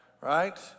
Right